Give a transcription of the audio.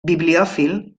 bibliòfil